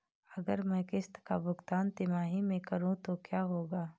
अगर मैं किश्त का भुगतान तिमाही में करूं तो क्या होगा?